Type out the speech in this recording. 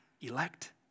elect